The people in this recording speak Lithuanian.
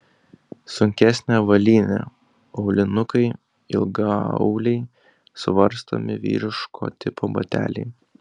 sunkesnė avalynė aulinukai ilgaauliai suvarstomi vyriško tipo bateliai